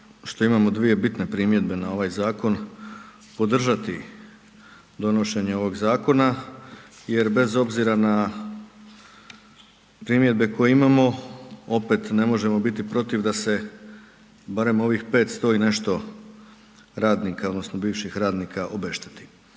što imamo dvije bitne primjedbe na ovaj zakon, podržati donošenje ovog zakona jer bez obzira na primjedbe koje imamo, opet ne možemo biti protiv da se barem ovih 500 i nešto radnika odnosno bivših radnika obešteti.